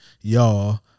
y'all